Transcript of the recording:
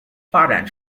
发展